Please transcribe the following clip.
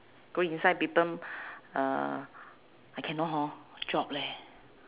go inside people uh I cannot hor job leh